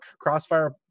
crossfire